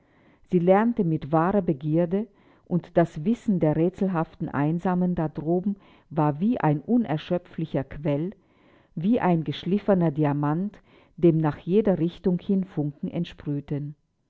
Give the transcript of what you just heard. sie lernte mit wahrer begierde und das wissen der rätselhaften einsamen da droben war wie ein unerschöpflicher quell wie ein geschliffener diamant dem nach jeder richtung hin funken